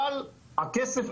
אבל הכסף,